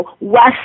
west